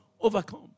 Overcome